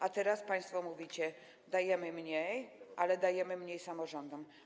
A teraz państwo mówicie, że dajemy mniej, ale dajemy mniej samorządom.